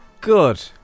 Good